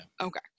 Okay